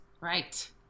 Right